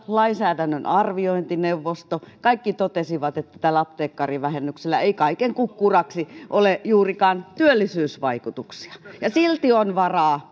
lainsäädännön arviointineuvosto kaikki totesivat että tällä apteekkarivähennyksellä ei kaiken kukkuraksi ole juurikaan työllisyysvaikutuksia mutta silti on varaa